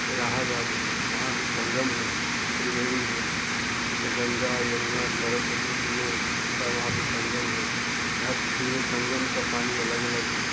इलाहाबाद है वहाँ भी संगम है त्रिवेणी है गंगा यमुना सरस्वती तीनों का वहाँ पे संगम है हर तीनों संगम का पानी अलग अलग है